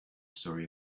story